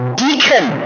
deacon